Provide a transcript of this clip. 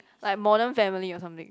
like modern family or something